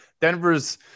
Denver's